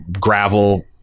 gravel